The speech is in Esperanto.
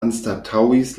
anstataŭis